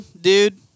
dude